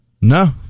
No